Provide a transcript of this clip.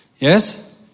Yes